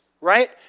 right